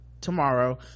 tomorrow